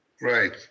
Right